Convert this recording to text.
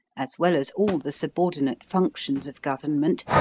as well as all the subordinate functions of government,